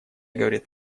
говорит